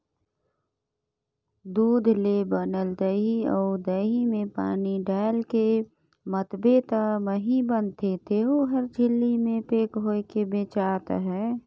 दूद ले बनल दही अउ दही में पानी डायलके मथबे त मही बनथे तेहु हर झिल्ली में पेक होयके बेचात अहे